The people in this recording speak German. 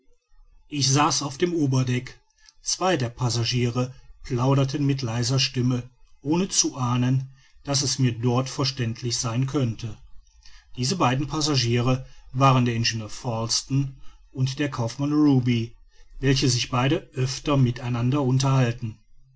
ich saß auf dem oberdeck zwei der passagiere plauderten mit leiser stimme ohne zu ahnen daß es mir dort verständlich sein könnte diese beiden passagiere waren der ingenieur falsten und der kaufmann ruby welche sich beide öfter mit einander unterhalten